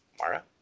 Mara